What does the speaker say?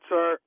Sir